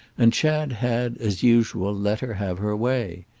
and chad had, as usual, let her have her way.